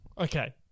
Okay